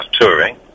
touring